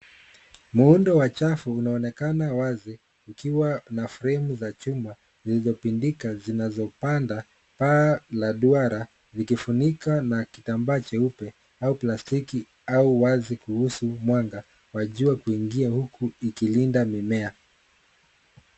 Muundo wa chafu unaonekana wazi ukiwa na fremu za chuma zilizopindika zinazopanda. Paa la duara likifunika na kitambaa cheupe au plastiki au uwazi kuruhusu mwanga wa jua kuingia huku ikilinda mimea.